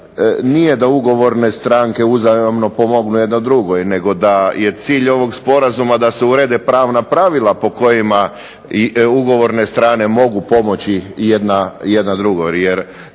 nije da ugovorne stranke uzajamno pomognu jedna drugoj, nego da je cilj ovog sporazuma da se urede pravna pravila po kojima ugovorne strane mogu pomoći jedna drugoj,